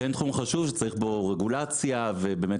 כן תחום חשוב שצריך בו רגולציה ובאמת